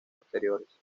posteriores